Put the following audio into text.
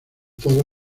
todo